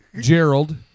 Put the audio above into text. Gerald